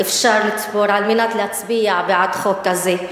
נא לאפשר לחברת הכנסת זועבי להגיד את דבריה.